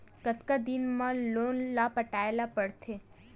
कतका दिन मा लोन ला पटाय ला पढ़ते?